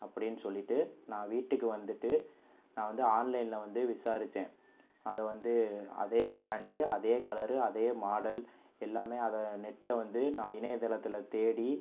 அப்படின்னு சொல்லிட்டு நான் வீட்டுக்கு வந்துட்டு நான் வந்து ஆன்லைனில் வந்து விசாரிச்சேன் அதை வந்து அதே ப்ராண்டு அதே கலரு அதே மாடல் எல்லாமே அதை நெட்டில் வந்து நான் இணையத்தளத்தில் தேடி